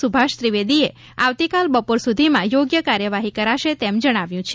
સુભાષ ત્રિવેદીએ આવતીકાલ બપોર સુધીમાં યોગ્ય કાર્યવાહી કરાશે તેમ જણાવ્યું છે